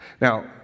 Now